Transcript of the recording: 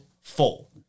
full